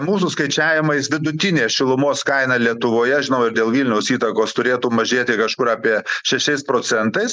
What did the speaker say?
mūsų skaičiavimais vidutinė šilumos kaina lietuvoje žinau ir dėl vilniaus įtakos turėtų mažėti kažkur apie šešiais procentais